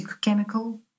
chemical